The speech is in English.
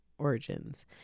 origins